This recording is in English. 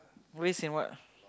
ways in what